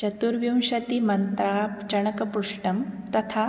चतुर्विंशतिमन्त्रा चणकपुष्टं तथा